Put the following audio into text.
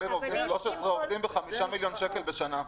עובדים 13 עובדים ב-5 מיליון שקל בשנה.